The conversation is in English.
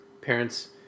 parents